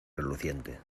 reluciente